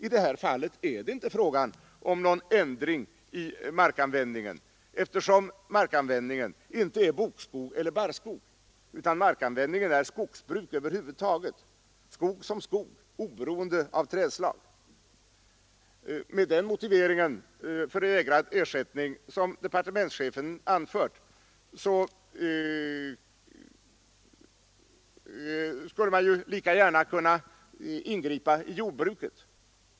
I det här fallet är det inte fråga om någon ändring i markanvändningen, eftersom markanvändningen inte är bokskog eller barrskog utan skogsbruk över huvud taget — skog som skog, oberoende av trädslag. - Med den motivering för vägrad ersättning som departementschefen anfört skulle man ju lika gärna kunna ingripa i jordbruket.